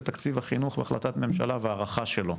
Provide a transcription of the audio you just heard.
תקציב החינוך להחלטת ממשלה והארכה שלו.